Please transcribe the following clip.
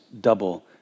double